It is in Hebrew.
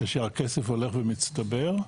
שהכסף הולך ומצטבר.